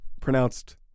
pronounced